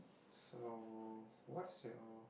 so what's your